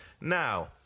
Now